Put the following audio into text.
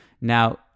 Now